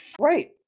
Right